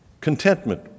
contentment